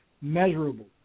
measurable